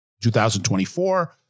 2024